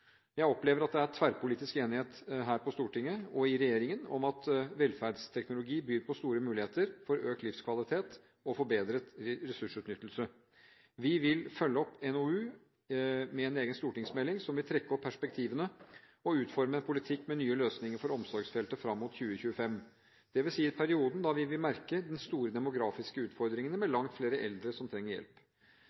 Jeg opplever at det er en tverrpolitisk enighet her på Stortinget og i regjeringen om at velferdsteknologi byr på store muligheter for økt livskvalitet og forbedret ressursutnyttelse. Vi vil følge opp NoU-en med en egen stortingsmelding, som vil trekke opp perspektivene og utforme en politikk med nye løsninger for omsorgsfeltet fram mot 2025, det vil si perioden da vi vil merke de store demografiske utfordringene, med langt flere eldre som trenger hjelp.